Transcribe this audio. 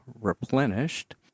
replenished